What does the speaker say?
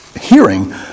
hearing